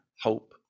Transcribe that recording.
hope